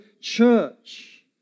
church